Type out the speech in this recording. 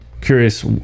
curious